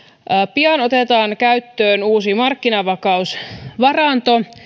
pian otetaan käyttöön uusi markkinavakausvaranto